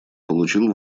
получил